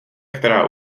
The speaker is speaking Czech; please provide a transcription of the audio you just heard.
která